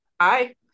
hi